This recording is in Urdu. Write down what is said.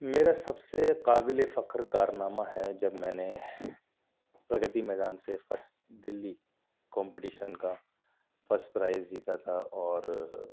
میرا سب سے قابل فخر کارنامہ ہے جب میں نے پرگتی میدان سے پس دلی کامپٹیشن کا فرسٹ پرائز جیتا تھا اور